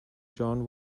john